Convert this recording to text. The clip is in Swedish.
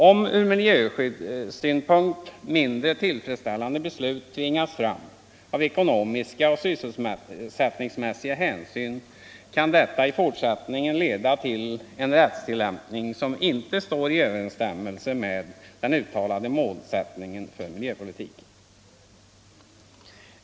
Om ur miljösynpunkt mindre tillfredsställande beslut tvingas fram av ekonomiska och sysselsättningsmässiga hänsyn kan detta i fortsättningen leda till en rättstillämpning som inte står i överensstämmelse med den uttalade målsättningen för miljöpolitiken.